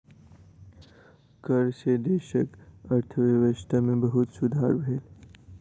कर सॅ देशक अर्थव्यवस्था में बहुत सुधार भेल